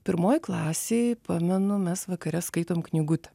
pirmoj klasėj pamenu mes vakare skaitom knygutę